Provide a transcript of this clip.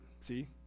see